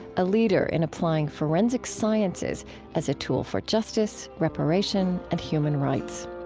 a leader in applying forensic sciences as a tool for justice, reparation, and human rights